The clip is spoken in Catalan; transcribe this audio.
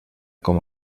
com